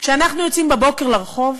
כשאנחנו יוצאים בבוקר לרחוב,